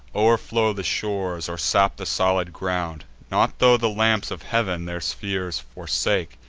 o'erflow the shores, or sap the solid ground not tho' the lamps of heav'n their spheres forsake,